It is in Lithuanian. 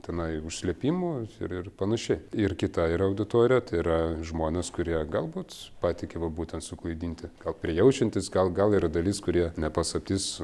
tenai užslėpimų ir ir panašiai ir kita yra auditorija tai yra žmonės kurie galbūt patiki va būtent suklaidinti gal prijaučiantys gal gal yra dalis kurie ne paslaptis